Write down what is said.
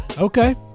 Okay